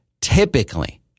Typically